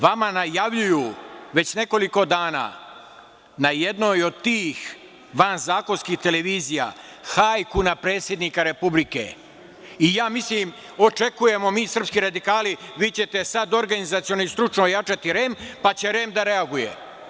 Vama najavljuju već nekoliko dana na jednoj od tih vanzakonskih televizija hajku na predsednika Republike, i ja mislim, očekujemo mi srpski radikali vi ćete organizaciono i stručno ojačati REM, pa će REM, da reaguje.